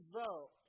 vote